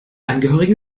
angehörigen